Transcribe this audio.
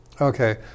okay